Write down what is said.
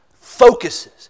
focuses